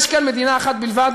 יש כאן מדינה אחת בלבד,